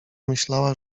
myślała